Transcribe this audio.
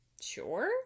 sure